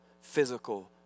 physical